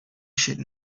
should